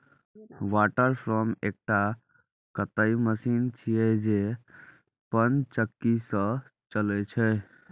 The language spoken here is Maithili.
वाटर फ्रेम एकटा कताइ मशीन छियै, जे पनचक्की सं चलै छै